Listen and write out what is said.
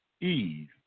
Eve